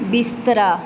ਬਿਸਤਰਾ